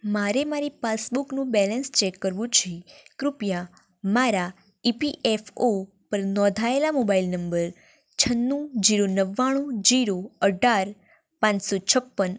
મારે મારી પાસબુકનું બેલેન્સ ચેક કરવું છે કૃપયા મારા ઇ પી એફ ઓ પર નોંધાયેલા મોબાઈલ નંબર છન્નું જીરો નવ્વાણું જીરો અઢાર પાંચસો છપ્પન